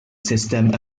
system